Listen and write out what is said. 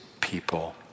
people